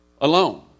alone